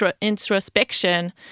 introspection